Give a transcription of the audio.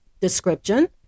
description